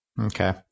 Okay